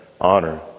honor